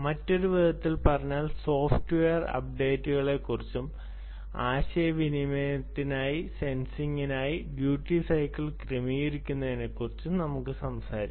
മറ്റൊരു വിധത്തിൽ പറഞ്ഞാൽ സോഫ്റ്റ് വെയർ അപ്ഡേറ്റുകളെക്കുറിച്ചും ആശയവിനിമയത്തിനായി സെൻസിംഗിനായി ഡ്യൂട്ടി സൈക്കിൾ ക്രമീകരിക്കുന്നതിനെക്കുറിച്ചും സംസാരിക്കും